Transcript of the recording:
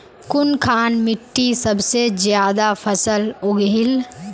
कुनखान मिट्टी सबसे ज्यादा फसल उगहिल?